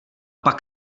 pak